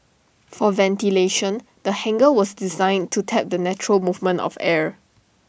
for ventilation the hangar was designed to tap the natural movement of air